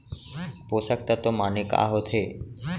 पोसक तत्व माने का होथे?